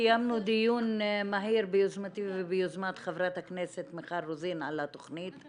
קיימנו דיון מהיר ביוזמתי וביוזמת חברת הכנסת מיכל רוזין וחברת